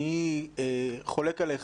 אני חולק עליך,